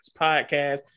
podcast